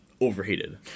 overheated